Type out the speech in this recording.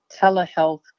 telehealth